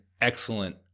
excellent